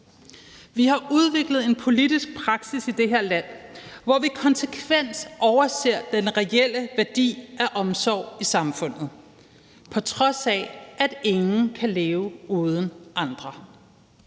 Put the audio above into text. Vi har udviklet en politisk praksis i det her land, hvor vi konsekvent overser den reelle værdi af omsorg i samfundet, på trods af at ingen kan leve uden andre.